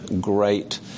great